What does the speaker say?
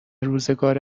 روزگار